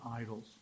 idols